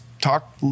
talk